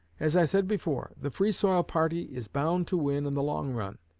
as i said before, the free-soil party is bound to win in the long run.